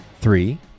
three